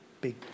big